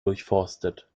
durchforstet